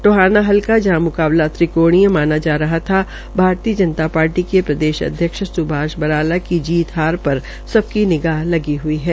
टाहाना हलका जहां म्काबला त्रिकाणीय माना जार रहा था भारतीय जनता पार्टी के प्रदेशाध्यक्ष सुभाष बराला की जीत हार पर सबकी निगाह लगी हुई है